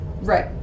Right